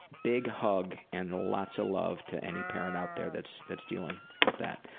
big hug and lots of love to any parent out there that's that's dealing with that.